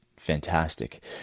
fantastic